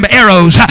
arrows